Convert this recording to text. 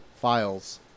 files